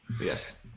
Yes